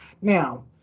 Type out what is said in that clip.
now